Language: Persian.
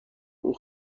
اون